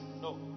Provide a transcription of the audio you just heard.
No